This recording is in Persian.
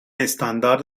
استاندارد